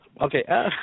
Okay